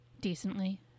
decently